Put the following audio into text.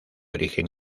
origen